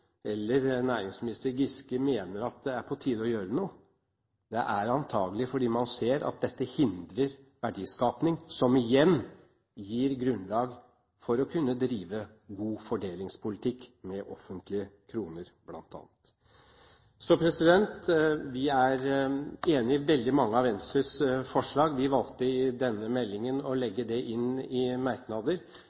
eller næringsminister Giske mener at det er på tide å gjøre noe, det er antakelig fordi man ser at dette hindrer verdiskaping, som igjen gir grunnlag for å kunne drive god fordelingspolitikk med offentlige kroner, bl.a. Vi er enig i veldig mange av Venstres forslag. Vi valgte i denne innstillingen å legge det inn i merknader,